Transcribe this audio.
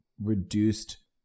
reduced